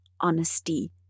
honesty